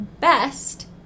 best